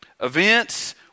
Events